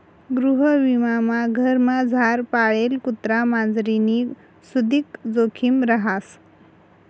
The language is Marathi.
गृहविमामा घरमझार पाळेल कुत्रा मांजरनी सुदीक जोखिम रहास